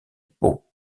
pau